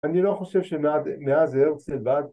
‫אני לא חושב שמאז הרצל ועד...